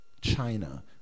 china